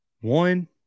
one